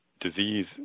disease